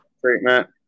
treatment